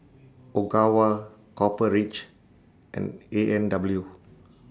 Ogawa Copper Ridge and A and W